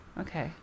Okay